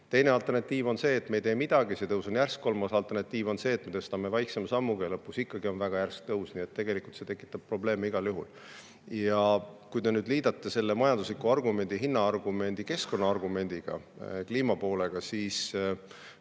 Teine alternatiiv on see, et me ei tee midagi, tõus on järsk. Kolmas alternatiiv on see, et me tõstame väiksema sammuga ja lõpus ikkagi on väga järsk tõus. Nii et tegelikult see tekitab probleeme igal juhul. Kui te liidate selle majandusliku argumendi, hinnaargumendi keskkonna argumendiga, kliima poolega, siis